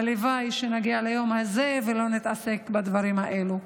הלוואי שנגיע ליום הזה שלא נתעסק בדברים האלה.